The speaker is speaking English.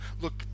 look